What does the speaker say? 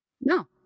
No